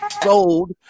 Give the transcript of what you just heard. Sold